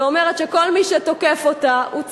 ואומרת שכל מי שתוקף אותה הוא צבוע,